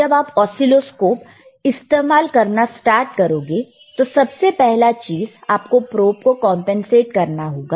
जब आप ऑसीलोस्कोप इस्तेमाल करना स्टार्ट करोगे तो सबसे पहला चीज आपको प्रोब को कंपनसेट करना होगा